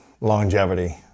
longevity